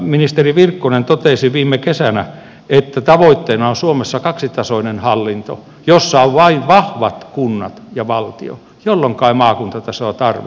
ministeri virkkunen totesi viime kesänä että tavoitteena on suomessa kaksitasoinen hallinto jossa on vain vahvat kunnat ja valtio jolloinka ei maakuntatasoa tarvita